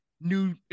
new